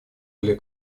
для